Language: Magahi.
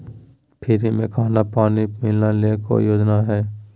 फ्री में खाना पानी मिलना ले कोइ योजना हय?